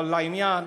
אבל לעניין.